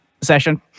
session